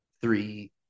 three